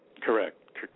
Correct